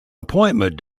appointment